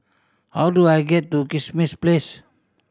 how do I get to Kismis Place